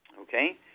Okay